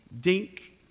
dink